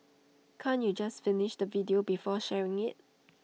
can't you just finish the video before sharing IT